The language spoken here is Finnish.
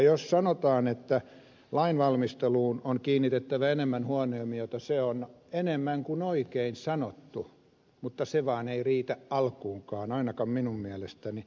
jos sanotaan että lainvalmisteluun on kiinnitettävä enemmän huomiota se on enemmän kuin oikein sanottu mutta se vaan ei riitä alkuunkaan ainakaan minun mielestäni